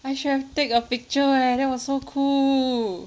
I should have take a picture eh that was so cool